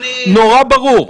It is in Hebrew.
נורא ברור.